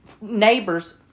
neighbors